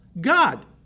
God